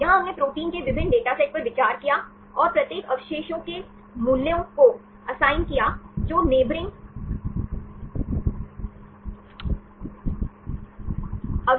यहां हमने प्रोटीन के विभिन्न डेटासेट पर विचार किया और प्रत्येक अवशेषों के मूल्यों को असाइन किया जो नेबरिंग अवशेषों से प्रभावित हैं